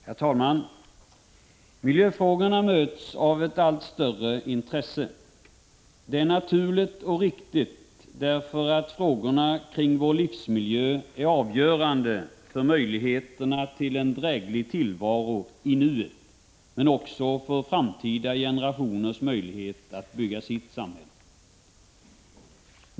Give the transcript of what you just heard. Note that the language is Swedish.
Herr talman! Miljöfrågorna möts av ett allt större intresse. Det är naturligt — 16 april 1986 och riktigt, eftersom frågorna kring vår livsmiljö är avgörande för möjligheterna till en dräglig tillvaro i nuet, men också för framtida generationers möjligheter att bygga sitt samhälle.